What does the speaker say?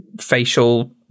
facial